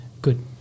good